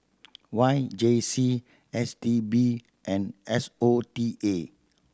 Y J C S T B and S O T A